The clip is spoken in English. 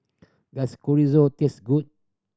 does Chorizo taste good